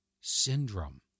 Syndrome